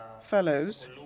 fellows